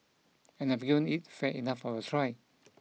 and I've given it fair enough of a try